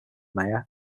mayor